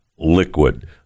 liquid